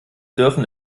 dürfen